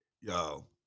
y'all